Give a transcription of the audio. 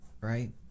right